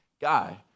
guy